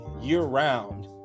year-round